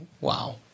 wow